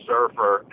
Surfer